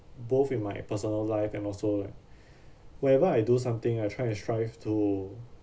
both in my personal life and also like wherever I do something I try and strive to